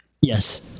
Yes